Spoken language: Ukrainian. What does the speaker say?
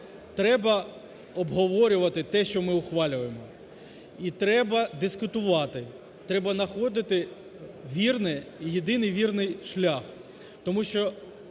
Треба обговорювати те, що ми ухвалюємо і треба дискутувати. Треба находити вірний і єдиний вірний шлях.